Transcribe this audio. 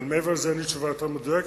אבל מעבר לזה אין לי תשובה יותר מדויקת,